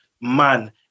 man